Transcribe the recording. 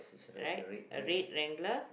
right a red wrangler